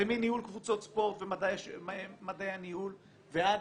זה מניהול קבוצות ספורט ומדעי הניהול ועד